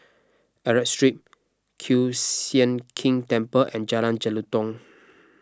Arab Street Kiew Sian King Temple and Jalan Jelutong